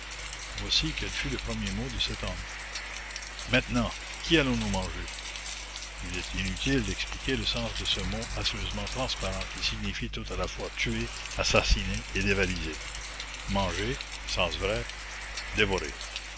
voici quel fut le premier mot de cet homme maintenant qui allons-nous manger il est inutile d'expliquer le sens de ce mot affreusement transparent qui signifie tout à la fois tuer assassiner et dévaliser manger sens vrai dévorer